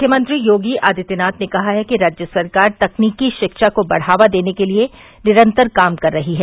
मुख्यमंत्री योगी आदित्यनाथ ने कहा है कि राज्य सरकार तकनीकी शिक्षा को बढ़ावा देने के लिये निरंतर काम कर रही है